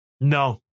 No